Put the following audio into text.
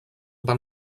van